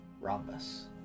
Rhombus